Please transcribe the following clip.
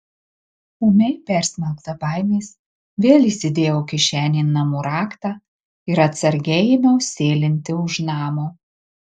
ūmiai persmelkta baimės vėl įsidėjau kišenėn namų raktą ir atsargiai ėmiau sėlinti už namo